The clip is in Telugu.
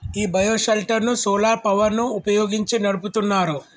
ఈ బయో షెల్టర్ ను సోలార్ పవర్ ని వుపయోగించి నడుపుతున్నారు